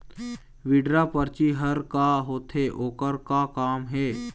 Withdraw परची हर का होते, ओकर का काम हे?